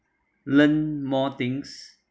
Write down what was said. learn more things